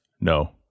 No